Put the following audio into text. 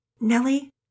Nellie